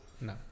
No